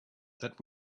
that